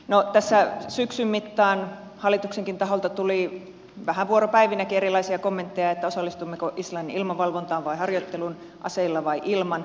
no tässä syksyn mittaan hallituksenkin taholta tuli vähän vuoropäivinäkin erilaisia kommentteja osallistummeko islannin ilmavalvontaan vai harjoitteluun aseilla vai ilman